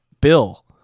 Bill